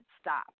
stop